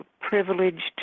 privileged